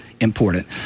important